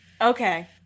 Okay